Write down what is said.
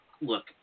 look